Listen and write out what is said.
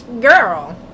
girl